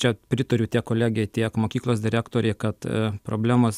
čia pritariu tiek kolegei tiek mokyklos direktorei kad problemos